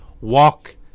walk